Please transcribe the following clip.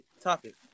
topic